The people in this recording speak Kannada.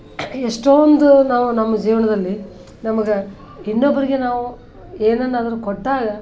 ಎಷ್ಟೋಂದು ನಾವು ನಮ್ಮ ಜೀವನದಲ್ಲಿ ನಮ್ಗೆ ಇನ್ನೊಬ್ಬರಿಗೆ ನಾವು ಏನನ್ನಾದರೂ ಕೊಟ್ಟಾಗ